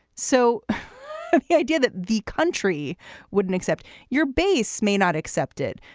so the idea that the country wouldn't accept your base may not accepted,